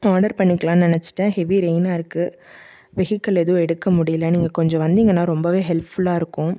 order பண்ணிக்கிலானு நினச்சிட்டேன் heavy ரெயினாக இருக்குது வெஹிக்கள் எதுவும் எடுக்க முடியல நீங்கள் கொஞ்சம் வந்தீங்கன்னால் ரொம்பவே ஹெல்ப்ஃபுல்லாக இருக்கும்